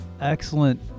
excellent